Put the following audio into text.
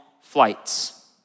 flights